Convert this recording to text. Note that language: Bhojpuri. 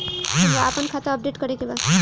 हमरा आपन खाता अपडेट करे के बा